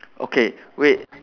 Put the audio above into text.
okay wait